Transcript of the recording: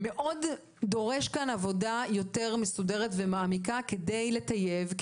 ודורש עבודה יותר מסודרת ומעמיקה כדי לטייב,